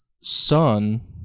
son